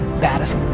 baddest,